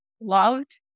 loved